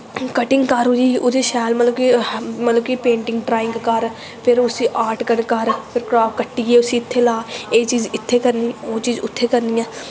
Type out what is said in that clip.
cutting कर ओह्दी ओह्दे शैल मतलव कि पेंटिंग ड्राईंग कर फिर आर्ट कर फिर कट्टियै उसी इत्थें ला एह् चीज़ इत्थें करनी ऐ ओह् चीज़ उत्थें करनी ऐ